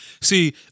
See